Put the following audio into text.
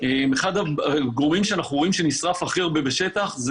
אחד הגורמים שאנחנו רואים שנשרף הכי הרבה בשטח,